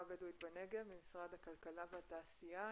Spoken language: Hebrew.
הבדואית בנגב ממשרד הכלכלה והתעשייה.